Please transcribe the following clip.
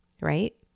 right